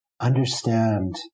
understand